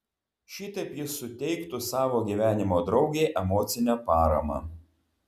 šitaip jis suteiktų savo gyvenimo draugei emocinę paramą